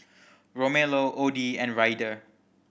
Romello Odie and Ryder